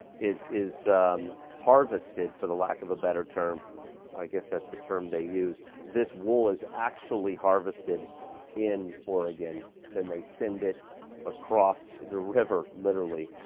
it is harvested, for the lack of a better term, well i guess that's the term they use, this wool is actually harvested in oregon then they send it across the river, literally,